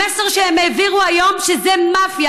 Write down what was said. המסר שהם העבירו היום הוא שזו מאפיה